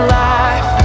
life